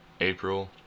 April